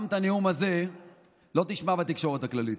את הנאום הזה לא תשמע בתקשורת הכללית.